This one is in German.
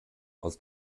aus